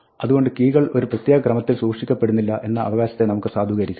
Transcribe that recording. അതുകൊണ്ട് കീകൾ ഒരു പ്രത്യേക ക്രമത്തിൽ സൂക്ഷിക്കപ്പെടുന്നില്ല എന്ന അവകാശത്തെ നമുക്ക് സാധൂകരിക്കാം